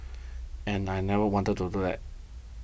and I never wanted to do that